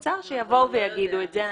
האוצר, שיבואו ויגידו את זה.